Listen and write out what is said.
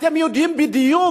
אתם יודעים בדיוק.